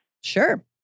Sure